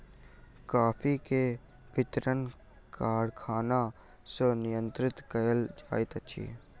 coffee के वितरण कारखाना सॅ नियंत्रित कयल जाइत अछि